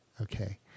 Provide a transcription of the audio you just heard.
Okay